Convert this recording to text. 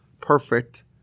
perfect